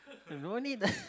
no need ah